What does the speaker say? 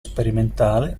sperimentale